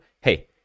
hey